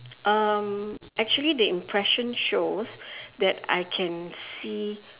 um actually the impression shows that I can see